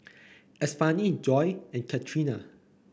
Estefany Joi and Catrina